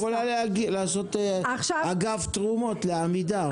את יכולה לעשות אגף תרומות לעמידר.